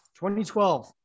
2012